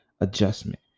Adjustment